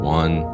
one